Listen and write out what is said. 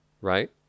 right